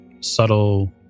subtle